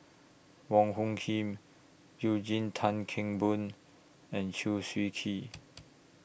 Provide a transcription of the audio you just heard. Wong Hung Khim Eugene Tan Kheng Boon and Chew Swee Kee